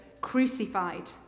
crucified